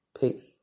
Peace